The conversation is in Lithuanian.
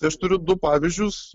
aš turiu du pavyzdžius